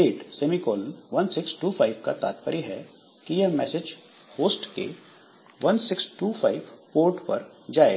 1625 का तात्पर्य है कि यह मैसेज होस्ट के 1625 पोर्ट पर जाएगा